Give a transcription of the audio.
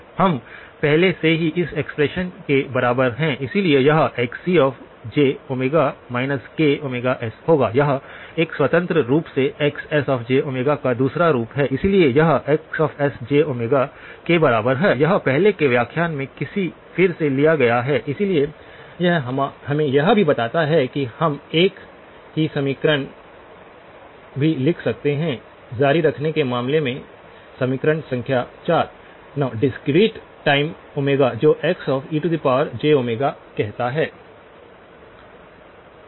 हम पहले से ही इस एक्सप्रेशन के बराबर हैं इसलिए यह Xcj ks होगा यह एक स्वतंत्र रूप से Xs का दूसरा रूप है इसलिए यह Xs के बराबर है यह पहले के व्याख्यान में फिर से लिया गया है इसलिए यह हमें यह भी बताता है कि हम एक ही समीकरण भी लिख सकते हैं जारी रखने के मामले में समीकरण संख्या 4 डिस्क्रीट टाइम ओमेगा जो Xejω कहता है